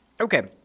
okay